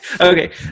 Okay